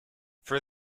for